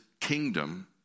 kingdom